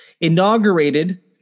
inaugurated